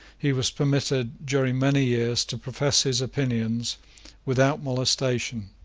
he was permitted, during many years, to profess his opinions without molestation.